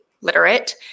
literate